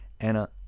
Anna